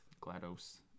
Glados